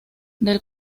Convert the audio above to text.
del